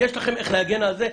יש לכם איך להגן על זה.